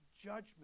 judgment